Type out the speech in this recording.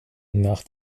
nach